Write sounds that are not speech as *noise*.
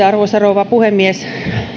*unintelligible* arvoisa rouva puhemies